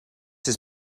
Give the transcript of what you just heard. his